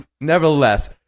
Nevertheless